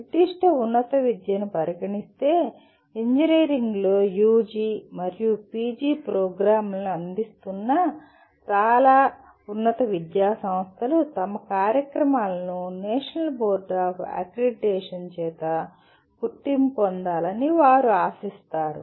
నిర్దిష్ట ఉన్నత విద్య ను పరిగణిస్తే ఇంజనీరింగ్లో యుజి మరియు పిజి ప్రోగ్రామ్లను అందిస్తున్న చాలా ఉన్నత విద్యాసంస్థలు తమ కార్యక్రమాలను నేషనల్ బోర్డ్ ఆఫ్ అక్రిడిటేషన్ చేత గుర్తింపు పొందాలని వారు ఆశిస్తారు